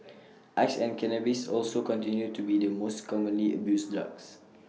ice and cannabis also continue to be the most commonly abused drugs